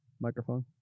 microphone